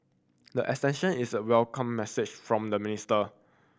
the extension is a welcome message from the minister